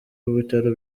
bitaro